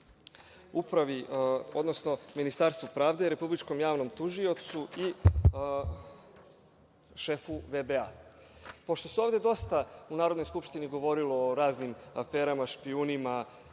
bih uputio Ministarstvu pravde, republičkom javnom tužiocu i šefu VBA. Pošto se ovde dosta u Narodnoj skupštini govorilo o raznim aferama, špijunima